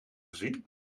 gezien